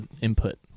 input